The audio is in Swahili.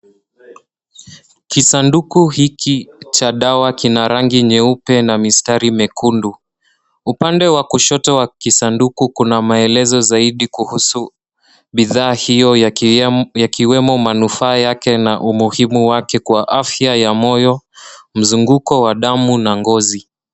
Kisanduku hiki cha dawa kina rangi nyeupe na mistari mekundu. Upande wa kushoto wa kisanduku kuna maelezo zaidi kuhusu bidhaa hiyo yakiwemo manufaa yake na umuhimu wake kwa afya ya moyo mzunguko wa damu na ngozi.